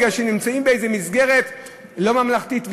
מפני שהם נמצאים באיזו מסגרת לא ממלכתית.